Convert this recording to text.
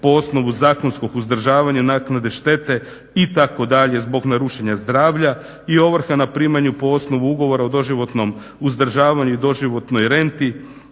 po osnovi zakonskog uzdržavanja, naknade štete itd., zbog narušenja zdravlja i ovrha na primanju po osnovu ugovora o doživotnom uzdržavanju i doživotnoj renti